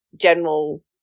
general